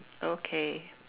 okay